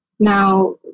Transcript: Now